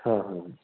हाँ हाँ हाँ